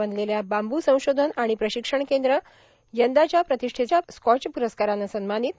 बनलेल्या बांबू संशोधन आाण प्रांशक्षण कद्र यंदाच्या प्रांतष्ठेच्या स्कॉच पुरस्कारानं सन्मार्गानत